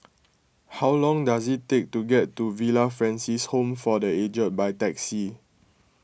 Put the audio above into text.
how long does it take to get to Villa Francis Home for the Aged by taxi